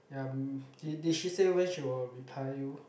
ya mm did did she say when she will reply you